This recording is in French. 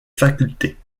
facultés